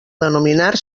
denominar